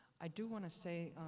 i do want to say